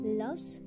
loves